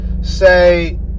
Say